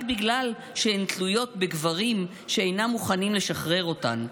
רק בגלל שהן תלויות בגברים שאינם מוכנים לשחרר אותן,